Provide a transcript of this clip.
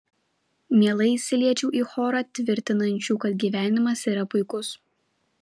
mielai įsiliečiau į chorą tvirtinančių kad gyvenimas yra puikus